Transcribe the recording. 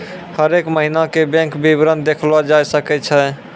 हरेक महिना के बैंक विबरण देखलो जाय सकै छै